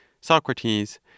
Socrates